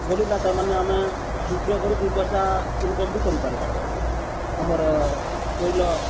ବଳିଲା ତା'ର୍ମାନେ ଆମେ ବିକ୍ରୟ କରି ଦୁଇ ପଏସା ଇନକମ୍ ବି କରିପାର୍ସୁଁ ଆମର୍ ତୈଳ